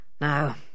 Now